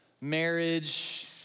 marriage